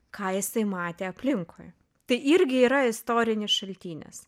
ką jisai matė aplinkui tai irgi yra istorinis šaltinis